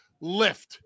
lift